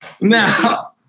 Now